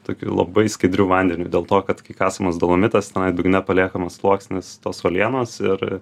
tokiu labai skaidriu vandeniu dėl to kad kai kasamas dolomitas tenai dugne paliekamas sluoksnis tos uolienos ir